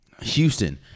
Houston